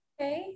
Okay